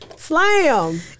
Slam